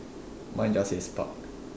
mine just says park